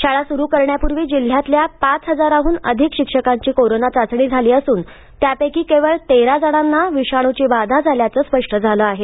शाळा सुरू करण्यापूर्वी जिल्ह्यातल्या पाच हजाराहून अधिक शिक्षकांची कोरोना चाचणी झाली असून त्यापैकी केवळ तेरा जणांना विषाणूची बाधा झाल्याचं स्पष्ट झालं आहे